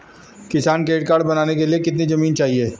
किसान credit card बनाने के लिए कितनी जमीन चाहिए?